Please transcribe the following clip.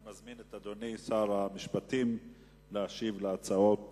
אני מזמין את אדוני שר המשפטים להשיב על ההצעות